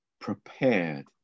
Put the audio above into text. prepared